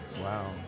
Wow